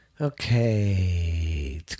Okay